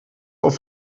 auf